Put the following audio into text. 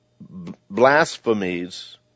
blasphemies